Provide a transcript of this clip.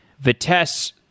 Vitesse